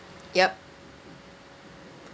yup